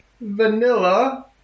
vanilla